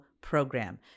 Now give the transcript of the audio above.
program